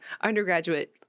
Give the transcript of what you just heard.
undergraduate